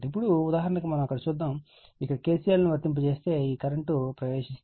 ఇప్పుడు ఉదాహరణకు మనం అక్కడ చూద్దాం కానీ KCL ను వర్తింపజేస్తే ఈ కరెంట్ ప్రవేశిస్తుంది